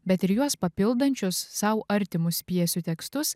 bet ir juos papildančius sau artimus pjesių tekstus